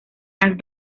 las